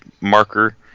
marker